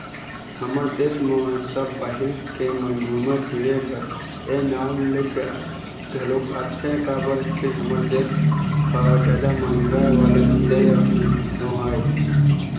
हमर देस म सब बाहिर के मन घुमे फिरे बर ए नांव लेके घलोक आथे काबर के हमर देस ह जादा महंगा वाला देय नोहय